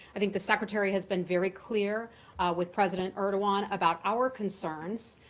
i think the secretary has been very clear with president erdogan about our concerns,